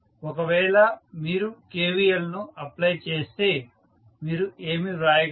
ఒకవేళ మీరు KVL ను అప్లై చేస్తే మీరు ఏమి వ్రాయగలరు